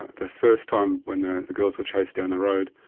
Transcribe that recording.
the first time when the the girls were chased down the road,